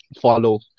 follow